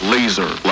Laser